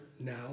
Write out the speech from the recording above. now